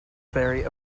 very